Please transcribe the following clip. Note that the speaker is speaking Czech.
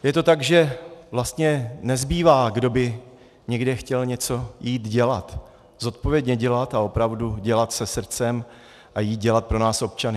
Je to tak, že vlastně nezbývá, kdo by někde chtěl něco jít dělat, zodpovědně dělat a opravdu dělat se srdcem a jít dělat pro nás občany.